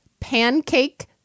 pancake